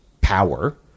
power